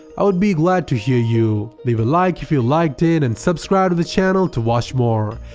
i would be glad to hear you. leave a like if you liked it and subscribe to the channel to watch more.